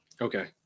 Okay